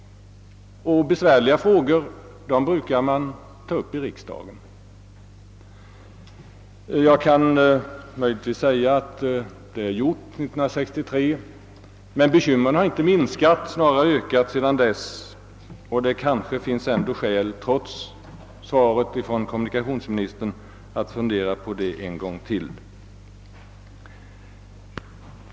Besvärliga frågor brukar man ta upp i riksdagen. Jag kan möjligtvis säga att det gjordes 1963, men bekymren har inte minskat, utan snarare ökat sedan dess. Det kanske ändå finns skäl, trots svaret från kommunikationsministern, att fundera på denna fråga en gång till.